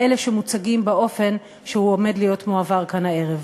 מאלה שמוצגים באופן שהוא עומד להיות מועבר כאן הערב.